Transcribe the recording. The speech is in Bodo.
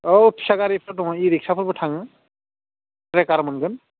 औ फिसा गारिफोरबो दङ इ रिक्साफोरबो थाङो ट्रेकार मोनगोन